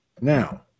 Now